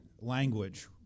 language